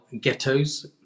ghettos